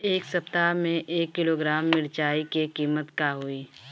एह सप्ताह मे एक किलोग्राम मिरचाई के किमत का होई?